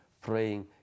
praying